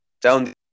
down